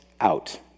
out